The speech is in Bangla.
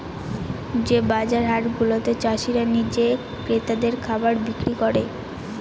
যে বাজার হাট গুলাতে চাষীরা নিজে ক্রেতাদের খাবার বিক্রি করে